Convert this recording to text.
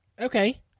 Okay